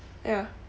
ya